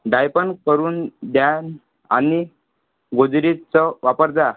डाय पण करून द्यान आणि गोदरेजचं वापर जा